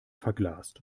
verglast